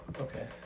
okay